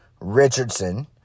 Richardson